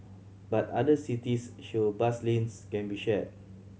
but other cities show bus lanes can be shared